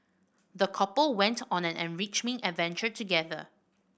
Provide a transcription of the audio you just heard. the couple went on an enriching adventure together